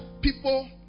people